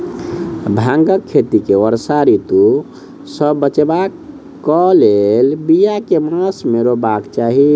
भांगक खेती केँ वर्षा ऋतु सऽ बचेबाक कऽ लेल, बिया केँ मास मे रोपबाक चाहि?